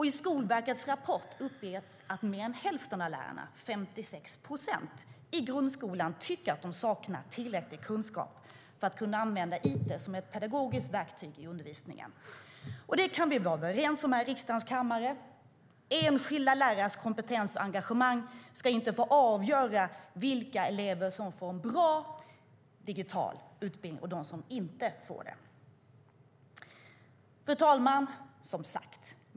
I Skolverkets rapport uppges även att mer än hälften av lärarna i grundskolan, 56 procent, tycker att de saknar tillräcklig kunskap för att använda it som ett pedagogiskt verktyg i undervisningen. Det kan vi vara överens om här i riksdagens kammare: Enskilda lärares kompetens och engagemang ska inte få avgöra vilka elever som får en bra digital utbildning och vilka som inte får det. Fru talman!